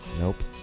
Nope